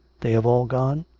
they have all gone?